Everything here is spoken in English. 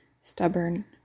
stubborn